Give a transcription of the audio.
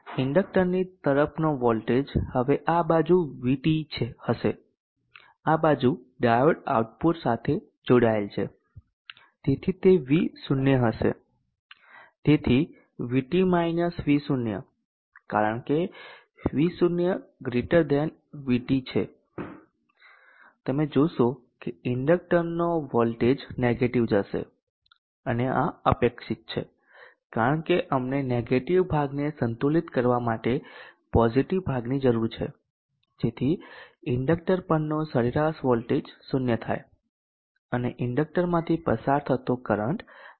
ઇન્ડકક્ટરની તરફનો વોલ્ટેજ હવે આ બાજુ VT હશે આ બાજુ ડાયોડ આઉટપુટ સાથે જોડાયેલ છે તેથી તે V0 હશે તેથી Vt - V0 કારણકે V0 VT છે તમે જોશો કે ઇન્ડક્ટરનો વોલ્ટેજ નેગેટીવ જશે અને આ અપેક્ષિત છે કારણ કે અમને નેગેટીવ ભાગને સંતુલિત કરવા માટે પોઝીટીવ ભાગની જરૂર છે જેથી ઇન્ડક્ટર પરનો સરેરાશ વોલ્ટેજ શૂન્ય થાય અને ઇન્ડકટર માંથી પસાર થતો કરંટ ઘટી જાય